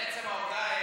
לעצם העובדה,